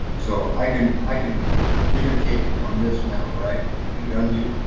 so i can i can communicate on this now, right? if you'd unmute,